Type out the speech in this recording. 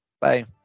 Bye